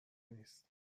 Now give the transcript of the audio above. نیست